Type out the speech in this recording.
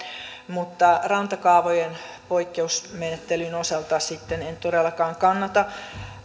mutta rantakaavojen poikkeusmenettelyn osalta sitten en en todellakaan kannata